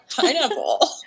pineapple